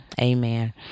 amen